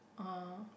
uh